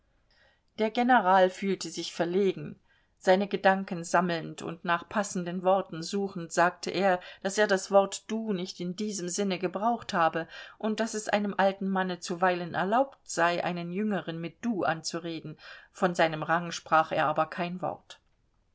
der general fühlte sich verlegen seine gedanken sammelnd und nach passenden worten suchend sagte er daß er das wort du nicht in diesem sinne gebraucht habe und daß es einem alten manne zuweilen erlaubt sei einen jüngeren mit du anzureden von seinem rang sprach er aber kein wort